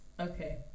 okay